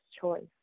choice